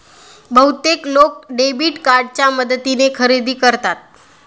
बहुतेक लोक डेबिट कार्डच्या मदतीने खरेदी करतात